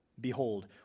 Behold